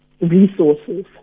resources